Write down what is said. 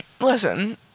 Listen